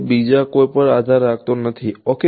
તે બીજા કોઈ પર આધાર રાખતો નથી ઓકે